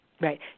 Right